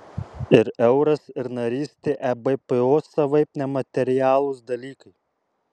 ir euras ir narystė ebpo savaip nematerialūs dalykai